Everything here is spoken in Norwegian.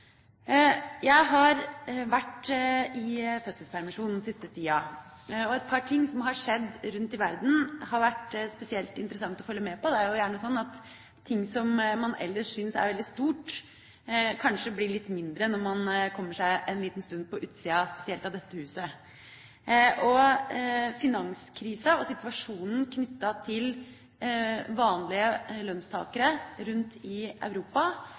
Jeg har vært i fødselspermisjon den siste tida, og det er et par ting som har skjedd rundt i verden som det har vært spesielt interessant å følge med på. Det er jo gjerne slik at ting som man ellers syns er veldig store, kanskje blir litt mindre når man en liten stund kommer seg på utsida, spesielt av dette huset. Finanskrisa og situasjonen for vanlige lønnstakere rundt i Europa